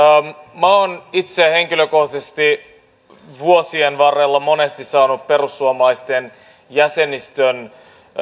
minä olen itse henkilökohtaisesti vuosien varrella monesti saanut perussuomalaisten jäsenistön